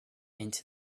into